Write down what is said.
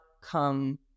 come